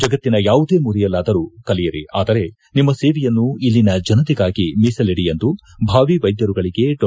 ಜಗತ್ತಿನ ಯಾವುದೇ ಮೂಲೆಯಲ್ಲಾದರೂ ಕಲಿಯಿರಿ ಆದರೆ ನಿಮ್ಮ ಸೇವೆಯನ್ನು ಇಲ್ಲಿನ ಜನತೆಗಾಗಿ ಮೀಸಲಿದಿ ಎಂದು ಭಾವೀ ವೈದ್ಯರುಗಳಿಗೆ ಡಾ